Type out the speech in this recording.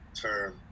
term